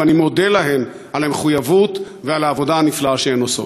ואני מודה להן על המחויבות ועל העבודה הנפלאה שהן עושות.